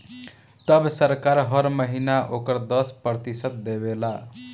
तब सरकार हर महीना ओकर दस प्रतिशत देवे ले